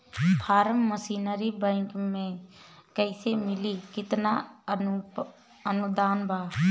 Form machinery bank कैसे मिली कितना अनुदान बा?